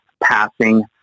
passing